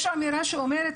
יש אמירה שאומרת,